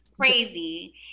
crazy